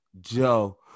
Joe